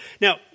Now